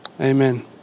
Amen